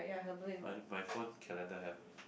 I have my phone calendar have